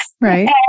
right